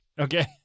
Okay